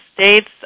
States